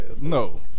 no